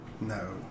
No